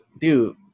dude